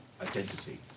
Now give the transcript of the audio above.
identity